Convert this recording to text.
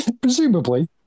Presumably